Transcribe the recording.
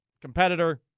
competitor